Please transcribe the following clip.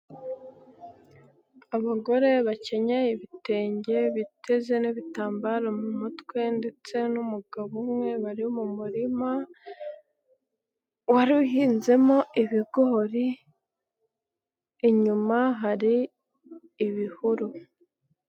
Abagore bakenyeye ibitenge, biteze n'ibitambaro mu mutwe ndetse n'umugabo umwe bari mu murima wari uhinzemo ibigori. Inyuma hari ibihuru.